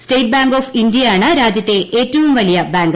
state bank of ഇന്ത്യയാണ് രാജ്യത്തെ ഏറ്റവും വലിയ ബാങ്ക്